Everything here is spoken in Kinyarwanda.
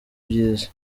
byiza